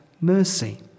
mercy